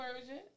version